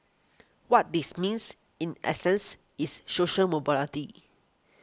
what this means in essence is social mobility